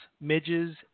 midges